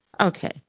Okay